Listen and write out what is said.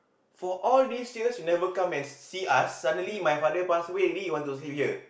for all these years you never come and see us suddenly my father pass away already you want to sleep here